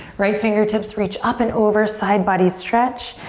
right fingertips reach up and over, side body stretch.